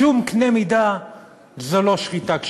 בשום קנה מידה זאת לא שחיטה כשרה.